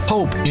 Hope